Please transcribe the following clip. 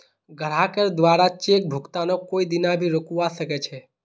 ग्राहकेर द्वारे चेक भुगतानक कोई दीना भी रोकवा सख छ